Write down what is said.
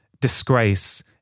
disgrace